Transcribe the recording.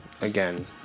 Again